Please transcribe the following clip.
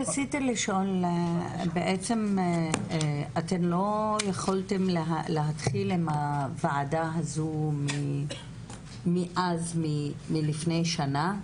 בעצם אתן לא יכולתן להתחיל עם הוועדה הזאת מאז מלפני שנה?